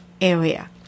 area